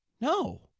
No